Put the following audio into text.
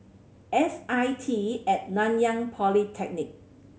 S I T and Nanyang Polytechnic